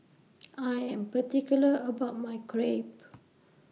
I Am particular about My Crepe